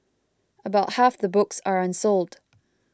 about half the books are unsold